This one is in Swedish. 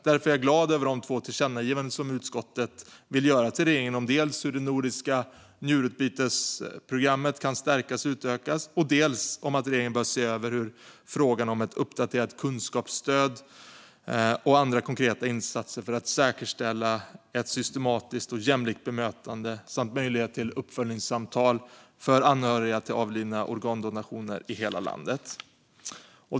Därför är jag glad över de två tillkännagivanden som utskottet vill att riksdagen riktar till regeringen, dels om hur det nordiska njurbytesprogrammet kan stärkas och utökas, dels om att regeringen bör se över frågan om ett uppdaterat kunskapsstöd och andra konkreta insatser för att säkerställa ett systematiskt och jämlikt bemötande samt möjlighet till uppföljningssamtal för anhöriga till avlidna organdonatorer i hela landet.